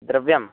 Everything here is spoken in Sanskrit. द्रव्यं